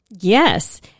Yes